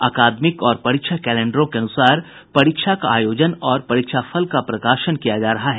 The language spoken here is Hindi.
अकादमिक और परीक्षा कैलेंडरों के अनुसार परीक्षा का आयोजन और परीक्षा फल का प्रकाशन किया जा रहा है